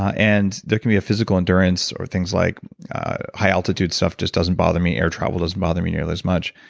ah and there can be a physical endurance, or things like high altitude stuff just doesn't bother me. air travel doesn't bother me nearly as much.